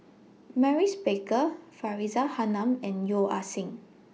Maurice Baker Faridah Hanum and Yeo Ah Seng